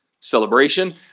celebration